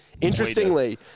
Interestingly